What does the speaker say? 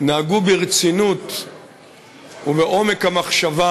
נהגו ברצינות ובעומק המחשבה